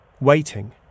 waiting